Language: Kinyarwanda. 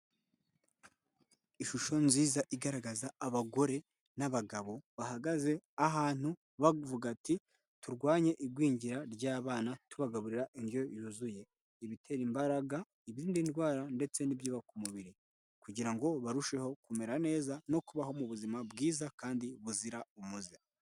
Ishusho nziza igaragaza abagore n'abagabo, bahagaze ahantu bavuga ati: "turwanye igwingira ry'abana tubagaburira indyo yuzuye, ibitera imbaraga, ibirinda ndwara, ndetse n'ibyubaka umubiri, kugira ngo barusheho kumera neza, no kubaho mu buzima bwiza kandi buzira umuze".